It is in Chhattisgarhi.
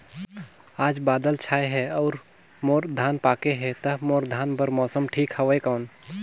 आज बादल छाय हे अउर मोर धान पके हे ता मोर धान बार मौसम ठीक हवय कौन?